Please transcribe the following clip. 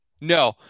No